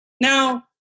Now